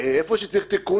- איפה שצריך תיקון,